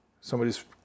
Somebody's